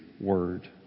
Word